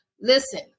Listen